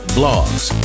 blogs